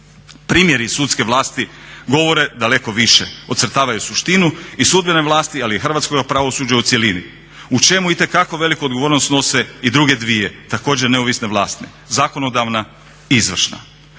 Primjeri iz sudske vlasti govore daleko više, ocrtavaju suštinu i sudbene vlasti, ali i hrvatskoga pravosuđa u cjelini u čemu itekako veliku odgovornost snose i druge dvije, također neovisne vlasti zakonodavna i izvršna.